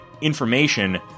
information